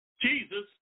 Jesus